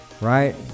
right